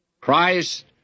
Christ